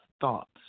thoughts